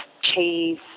cheese